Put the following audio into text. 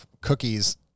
cookies